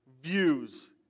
views